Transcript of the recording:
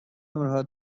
نورها